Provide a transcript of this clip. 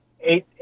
Eight